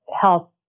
health